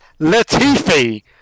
Latifi